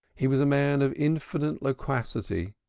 he was a man of infinite loquacity,